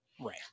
right